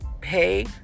Pay